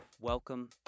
Welcome